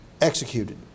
executed